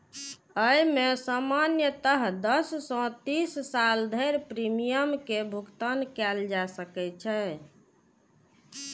अय मे सामान्यतः दस सं तीस साल धरि प्रीमियम के भुगतान कैल जाइ छै